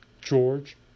George